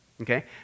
Okay